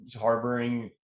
harboring